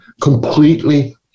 completely